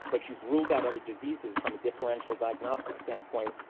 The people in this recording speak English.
but you've ruled out other diseases from a differential diagnostic standpoint,